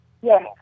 Yes